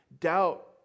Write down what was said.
doubt